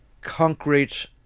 Concrete